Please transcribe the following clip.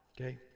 Okay